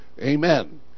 amen